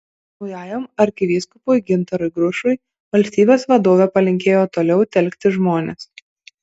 naujajam arkivyskupui gintarui grušui valstybės vadovė palinkėjo toliau telkti žmones